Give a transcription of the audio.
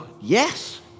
yes